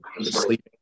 sleeping